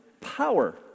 power